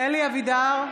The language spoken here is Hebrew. אלי אבידר,